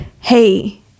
Hey